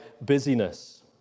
busyness